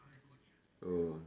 oh